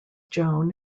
joan